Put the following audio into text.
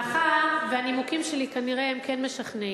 מאחר שהנימוקים שלי הם כנראה כן משכנעים,